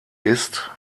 ist